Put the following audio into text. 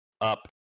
up